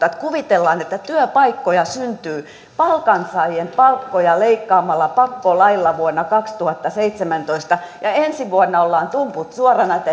että kuvitellaan että työpaikkoja syntyy palkansaajien palkkoja leikkaamalla pakkolaeilla vuonna kaksituhattaseitsemäntoista ja ensi vuonna ollaan tumput suorana ei